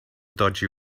dodgy